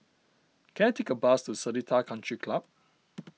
can I take a bus to Seletar Country Club